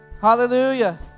Hallelujah